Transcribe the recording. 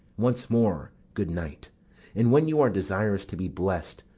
once more, good-night and when you are desirous to be bles'd,